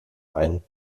ein